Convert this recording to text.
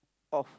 off